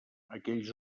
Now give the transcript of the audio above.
aquells